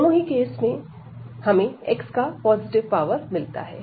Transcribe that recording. दोनों ही केस इसमें हमें x का पॉजिटिव पावर मिलता है